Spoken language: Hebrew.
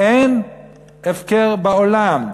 אין הפקר בעולם.